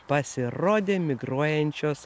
pasirodė migruojančios